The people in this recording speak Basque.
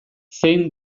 zein